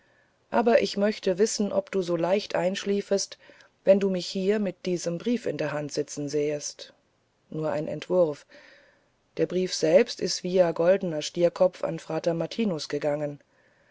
aber ich möchte wissen ob du so leicht einschliefest wenn du mich hier mit diesem brief in der hand sitzen sähest nur ein entwurf der brief selber ist via goldener stierkopf an frater martinus gegangen